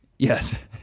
Yes